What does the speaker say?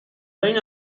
بین